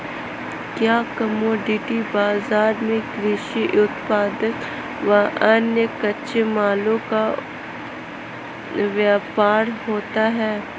क्या कमोडिटी बाजार में कृषि उत्पादों व अन्य कच्चे मालों का व्यापार होता है?